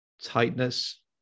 tightness